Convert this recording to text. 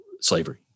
slavery